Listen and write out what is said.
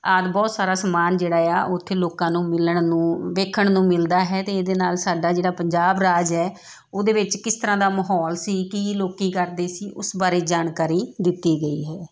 ਆਦਿ ਬਹੁਤ ਸਾਰਾ ਸਮਾਨ ਜਿਹੜਾ ਆ ਉੱਥੇ ਲੋਕਾਂ ਨੂੰ ਮਿਲਣ ਨੂੰ ਦੇਖਣ ਨੂੰ ਮਿਲਦਾ ਹੈ ਅਤੇ ਇਹਦੇ ਨਾਲ ਸਾਡਾ ਜਿਹੜਾ ਪੰਜਾਬ ਰਾਜ ਹੈ ਉਹਦੇ ਵਿੱਚ ਕਿਸ ਤਰ੍ਹਾਂ ਦਾ ਮਾਹੌਲ ਸੀ ਕੀ ਲੋਕ ਕਰਦੇ ਸੀ ਉਸ ਬਾਰੇ ਜਾਣਕਾਰੀ ਦਿੱਤੀ ਗਈ ਹੈ